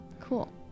Cool